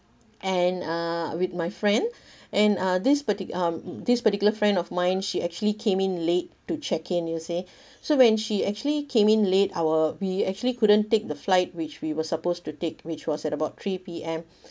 and uh with my friend and uh this um this particular friend of mine she actually came in late to check in you see so when she actually came in late our we actually couldn't take the flight which we were supposed to take which was at about three P_M